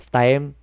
time